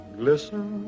glisten